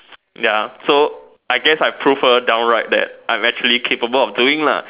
ya so I guess I prove her down right that I'm actually capable of doing lah